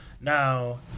now